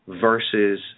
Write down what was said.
versus